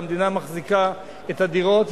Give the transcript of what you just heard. והמדינה מחזיקה את הדירות,